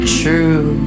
true